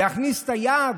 להכניס את היד?